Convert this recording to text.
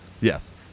Yes